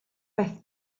beth